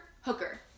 Hooker